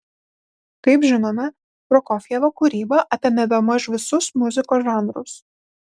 kaip žinome prokofjevo kūryba apėmė bemaž visus muzikos žanrus